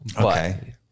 Okay